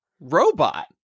robot